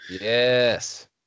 Yes